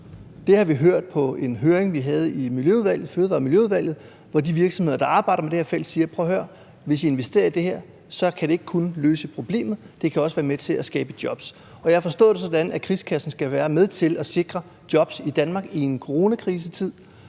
Det har vi hørt i en høring, vi havde i Miljø- og Fødevareudvalget, hvor de virksomheder, der arbejder med det her, samstemmende sagde: Prøv at høre, hvis I investerer i det her, vil det ikke kun løse problemet, det kan også være med til at skabe jobs. Jeg har forstået det sådan, at krigskassen skal være med til at sikre jobs i Danmark i en coronakrisetid,